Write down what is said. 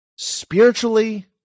spiritually